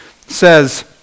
says